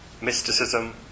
mysticism